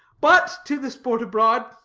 but to the sport abroad.